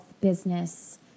business